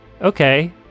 okay